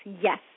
yes